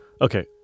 Okay